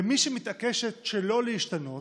ומי שמתעקשת שלא להשתנות